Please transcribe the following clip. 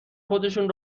خودشون